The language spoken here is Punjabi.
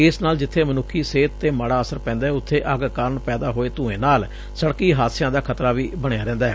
ਇਸ ਨਾਲ ਜਿੱਬੈ ਮਨੁੱਖੀ ਸਿਹਤ ਤੇ ਮਾੜਾ ਅਸਰ ਪੈਦੈ ਉਬੇ ਅੱਗ ਕਾਰਨ ਪੈਂਦਾ ਹੋਏ ਧੁੰਏ ਨਾਲ ਸੜਕੀ ਹਾਦਸਿਆਂ ਦਾ ਖਤਰਾ ਵੀ ਬਣਿਆ ਰਹਿੰਦੈ